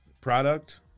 product